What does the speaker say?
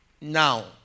Now